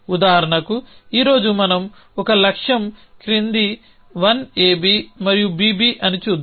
ఉదాహరణకు ఈ రోజు మనం ఒక లక్ష్యం క్రింది 1 AB మరియు BB అని చూద్దాం